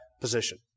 position